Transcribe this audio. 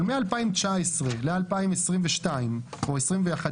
אבל מ-2019 ל-2022 או 2021,